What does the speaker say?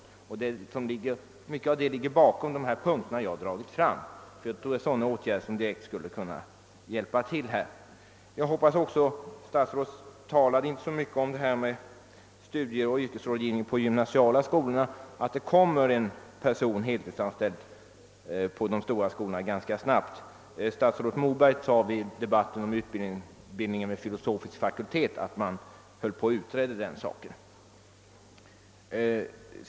Det är i stor utsträckning detta önskemål som ligger bakom de punkter jag tagit upp. Jag tror att de av mig föreslagna åtgärderna skulle kunna vara av värde. Statsrådet talade inte så mycket om studieoch yrkesrådgivningen vid de gymnasiala skolorna. Det kommer hoppas jag ganska snart att tillsättas heltidsanställda personer för dessa ända mål vid de gymnasiala skolorna. Statsrådet Moberg sade i debatten om utbildningen vid filosofisk fakultet att man övervägde denna fråga.